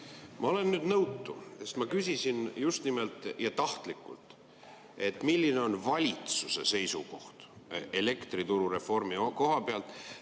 Ma olen nüüd nõutu, sest ma küsisin just nimelt ja tahtlikult, et milline on valitsuse seisukoht elektrituru reformi koha pealt,